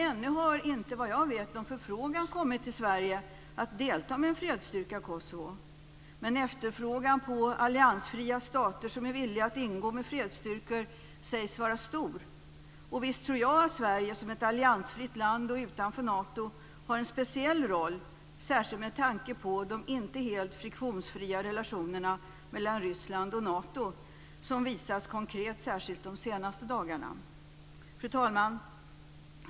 Ännu har dock inte, vad jag vet, någon förfrågan kommit till Sverige om att delta med en fredsstyrka i Kosovo, men efterfrågan på alliansfria stater som är villiga att ingå med fredsstyrkor sägs vara stor. Och visst tror jag att Sverige, som ett alliansfritt land utanför Nato, kan ha en speciell roll - särskilt med tanke på de inte helt friktionsfria relationerna mellan Ryssland och Nato, som visats konkret särskilt de senaste dagarna. Fru talman!